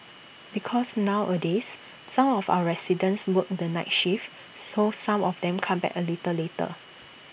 because nowadays some of our residents work the night shift so some of them come back A little later